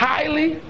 Highly